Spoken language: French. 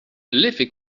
l’effet